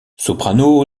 soprano